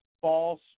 false